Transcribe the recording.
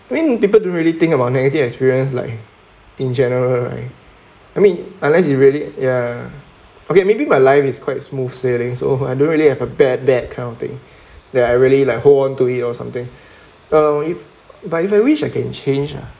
I think people don't really think about negative experience like in general right I mean unless you really ya okay maybe my life is quite smooth sailing so I don't really have a bad bad kind of thing that I really like hold on to it or something uh if but if I wish I can change ah